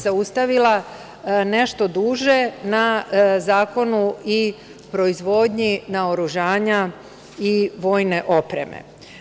Zaustavila bih se nešto duže na Zakonu i proizvodnji naoružanja i vojne opreme.